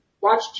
watch